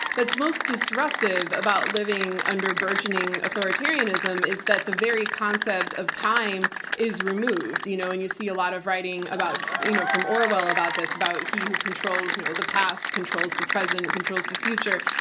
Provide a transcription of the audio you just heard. that's most disruptive about living under burgeoning authoritarianism is that the very concept of time is removed. you you know and you see a lot of writing you know from orwell about this, about he who controls you know the past, controls the present, controls the future.